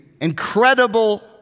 incredible